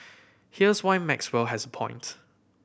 here's why Maxwell has a point